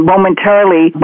momentarily